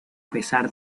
pesar